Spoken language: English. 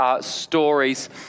stories